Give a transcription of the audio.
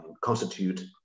constitute